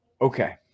Okay